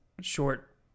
short